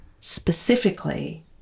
specifically